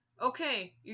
okay